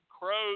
crows